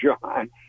John